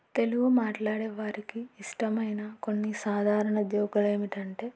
తెలుగు మాట్లాడే వారికి ఇష్టమైన కొన్ని సాధారణ జోకులు ఏమిటి అంటే